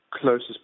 closest